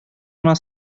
гына